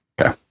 Okay